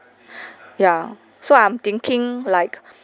ya so I'm thinking like